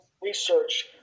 research